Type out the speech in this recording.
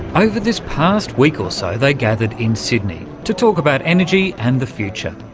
over this past week or so they gathered in sydney to talk about energy and the future,